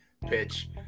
Pitch